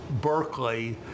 Berkeley